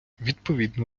відповідно